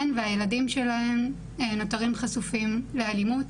הן והילדים שלהן נותרים חשופים לאלימות